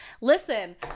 Listen